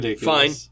fine